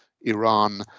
Iran